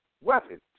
weapons